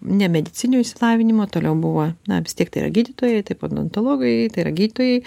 ne medicininio išsilavinimo toliau buvo na vis tiek tai yra gydytojai taip odontologai tai yra gydytojai